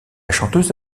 chanteuse